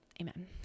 Amen